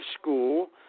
school